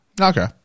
Okay